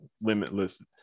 limitless